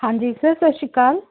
ਹਾਂਜੀ ਸਰ ਸਤਿ ਸ਼੍ਰੀ ਅਕਾਲ